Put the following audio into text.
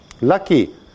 Lucky